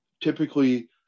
Typically